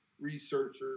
researchers